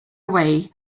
away